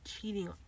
cheating